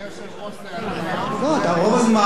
רוב הנאום שלו זה קריאות ביניים שלך.